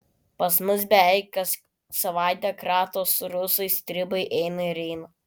pas mus beveik kas savaitę kratos rusai stribai eina ir eina